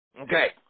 Okay